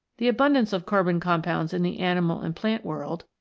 the abundance of carbon compounds in the animal and plant world,